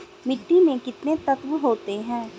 मिट्टी में कितने तत्व होते हैं?